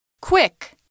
Quick